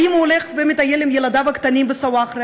האם הוא הולך ומטייל עם ילדיו הקטנים בסוואחרה?